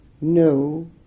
no